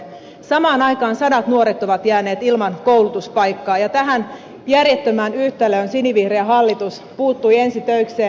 samaan aikaan sadat nuoret ovat jääneet ilman koulutuspaikkaa ja tähän järjettömään yhtälöön sinivihreä hallitus puuttui ensi töikseen